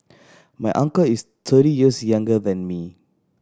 my uncle is thirty years younger than me